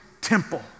temple